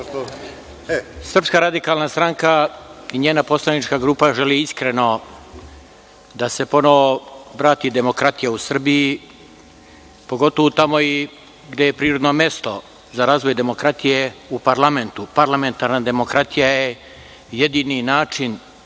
Srpska radikalna stranka i njena poslanička grupa želi iskreno da se ponovo vrati demokratija u Srbiji, pogotovo tamo i gde je prirodno mesto za razvoj demokratije, u parlamentu. Parlamentarna demokratija je jedini način